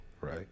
right